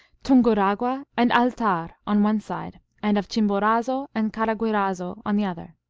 tunguragua, and altar, on one side, and of chimborazo and caraguairazo on the other.